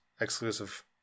exclusive